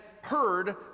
heard